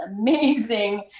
amazing